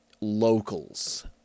Locals